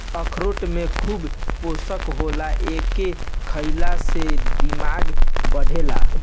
अखरोट में खूब पोषण होला एके खईला से दिमाग बढ़ेला